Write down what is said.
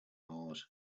mars